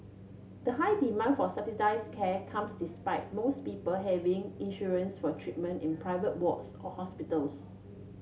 the high demand for subsidised care comes despite most people having insurance for treatment in private wards or hospitals